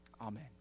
Amen